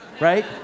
right